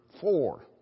four